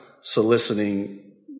soliciting